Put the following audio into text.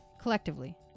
collectively